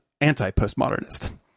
anti-postmodernist